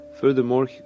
Furthermore